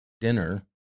dinner